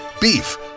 Beef